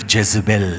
Jezebel